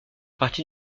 partie